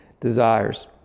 desires